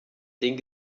den